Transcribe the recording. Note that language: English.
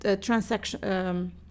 transaction